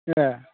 ए